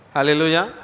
Hallelujah